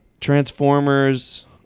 Transformers